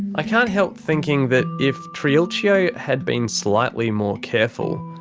i can't help thinking that if triulcio had been slightly more careful,